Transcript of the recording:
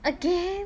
again